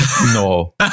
No